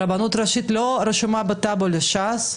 הרבנות הראשית לא רשומה בטאבו על ש"ס,